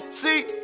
see